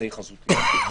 אמצעי חזותי.